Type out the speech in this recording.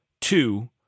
two